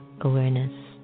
awareness